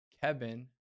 Kevin